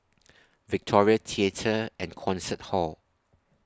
Victoria Theatre and Concert Hall